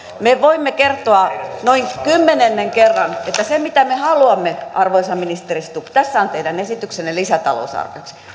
me voimme kertoa noin kymmenennen kerran että se mitä me haluamme arvoisa ministeri stubb tässä on teidän esityksenne lisätalousarvioksi